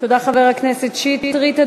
תודה, חבר הכנסת שטרית.